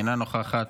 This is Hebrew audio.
אינה נוכחת.